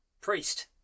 Priest